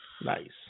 Nice